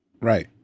Right